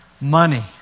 money